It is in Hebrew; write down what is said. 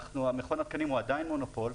מכון התקנים הוא עדיין מונופול,